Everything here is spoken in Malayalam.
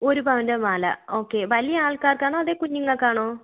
ഒരു പവൻറെ മാല ഓക്കേ വലിയ ആൾക്കാർക്കാണോ അതോ കുഞ്ഞുങ്ങൾക്കാണോ